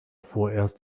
vorerst